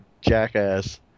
jackass